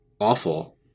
awful